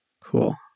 Cool